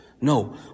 No